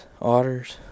otters